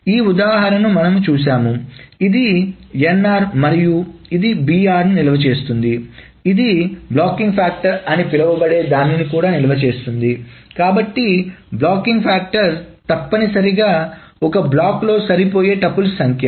ఈ ఉదాహరణను మనం చూశాము ఇది nr మరియు ఇది br నిల్వ చేస్తుంది ఇది బ్లాకింగ్ ఫ్యాక్టర్ అని పిలువబడే దానిని కూడా నిల్వ చేస్తుంది కాబట్టి బ్లాకింగ్ ఫ్యాక్టర్ తప్పనిసరిగా ఒక బ్లాక్లో సరిపోయే టుపుల్స్ సంఖ్య